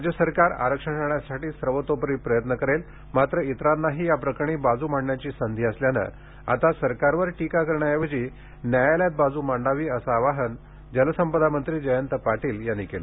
राज्य सरकार आरक्षण राहण्यासाठी सर्वतोपरी प्रयत्न करेल मात्र इतरांनाही याप्रकरणी बाजू मांडण्याची संधी असल्याने आता सरकारवर टीका करण्याऐवजी न्यायालयात बाजू मांडावी असे आवाहन जलसंपदा मंत्री जयंत पाटील यांनी केले